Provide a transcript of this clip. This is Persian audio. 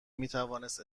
میتوانست